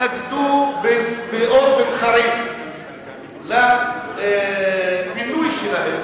באופן חריף לפינוי שלהם.